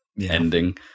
ending